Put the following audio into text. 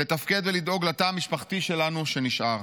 לתפקד ולדאוג לתא המשפחתי שלנו שנשאר.